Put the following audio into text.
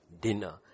Dinner